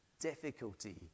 difficulty